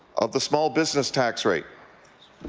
of the small business tax rate.